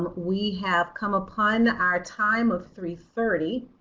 we have come upon our time of three thirty.